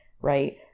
right